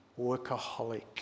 workaholic